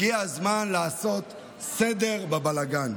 הגיע הזמן לעשות סדר בבלגן,